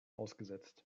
ausgesetzt